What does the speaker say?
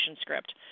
script